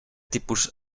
tipus